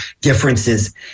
differences